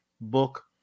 book